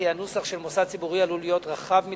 הנוסח של מוסד ציבורי עלול להיות רחב מדי,